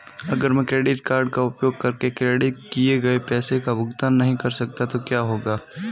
अगर मैं credit card का उपयोग करके क्रेडिट किए गए पैसे का भुगतान नहीं कर सकता तो क्या होगा?